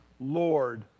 Lord